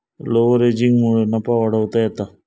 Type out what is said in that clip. लीव्हरेजिंगमुळे नफा वाढवता येता